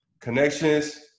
connections